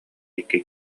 икки